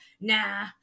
Nah